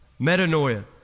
metanoia